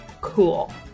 Cool